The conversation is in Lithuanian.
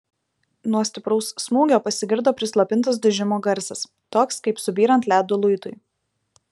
nuo stipraus smūgio pasigirdo prislopintas dužimo garsas toks kaip subyrant ledo luitui